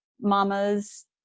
mamas